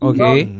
Okay